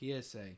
PSA